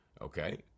Okay